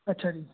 ਅੱਛਾ ਜੀ